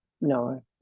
no